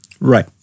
Right